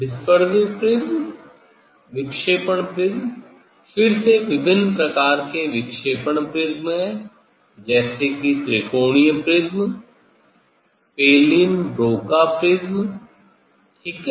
dispersive prism विक्षेपण prism फिर से विभिन्न प्रकार के विक्षेपण प्रिज्म हैं जैसे कि त्रिकोणीय प्रिज्म पेलिन ब्रोका प्रिज्म ठीक है